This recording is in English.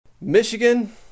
Michigan